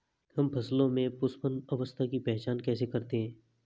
हम फसलों में पुष्पन अवस्था की पहचान कैसे करते हैं?